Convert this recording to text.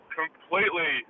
completely